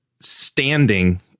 standing